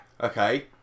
Okay